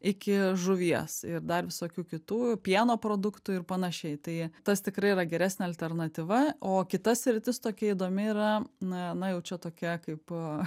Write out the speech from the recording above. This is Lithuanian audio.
iki žuvies ir dar visokių kitų pieno produktų ir panašiai tai tas tikrai yra geresnė alternatyva o kita sritis tokia įdomi yra na na jau čia tokia kaip